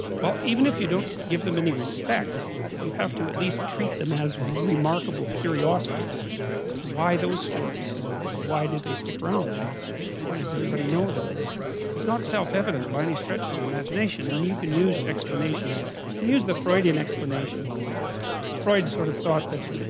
well even if you, don't give them any respect you have to at. least treat them as remarkable curiosities so why those stories and and why did they stick around and why does everybody know them and it's not self-evident by any stretch of the imagination and you can use explanations can use the freudian explanation freud sort of thought that